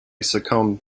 succumb